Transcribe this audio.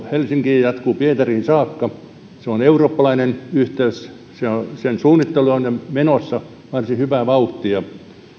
helsinkiin ja jatkuu pietariin saakka se on eurooppalainen yhteys sen suunnittelu on jo menossa varsin hyvää vauhtia